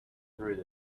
through